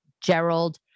Gerald